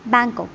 Bangkok